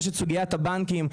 יש את סוגיית הבנקים,